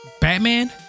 batman